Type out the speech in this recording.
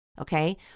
okay